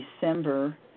December